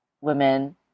women